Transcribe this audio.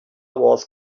wars